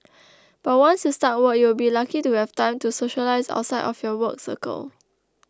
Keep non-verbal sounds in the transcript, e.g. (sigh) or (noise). (noise) but once you start work you'll be lucky to have time to socialise outside of your work circle